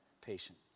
patient